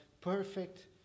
perfect